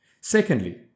Secondly